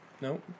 No